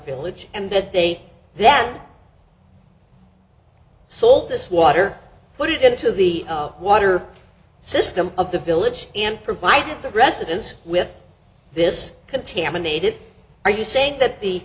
village and that they say that salt this water put it into the water system of the village and provide the residents with this contaminated are you saying that the